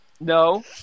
No